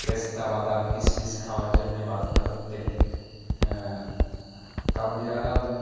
পেস্তা বাদাম কিশমিশ খাওয়ার জন্য বায়না ধরতেন কাবুলিওয়ালাও